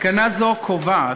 תקנה זו קובעת